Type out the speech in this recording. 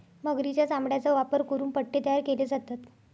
मगरीच्या चामड्याचा वापर करून पट्टे तयार केले जातात